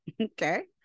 okay